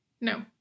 No